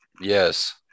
Yes